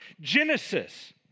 Genesis